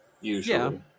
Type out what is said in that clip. usually